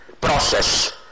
process